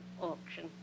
auction